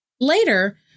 Later